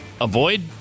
avoid